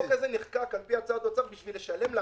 החוק הזה נחקק על פי הצעת האוצר בשביל לשלם לאנשים,